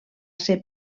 ser